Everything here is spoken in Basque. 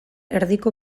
erdiko